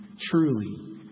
truly